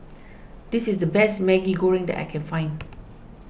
this is the best Maggi Goreng that I can find